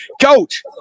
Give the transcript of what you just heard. coach